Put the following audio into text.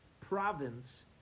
province